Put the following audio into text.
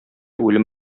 үлем